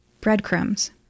breadcrumbs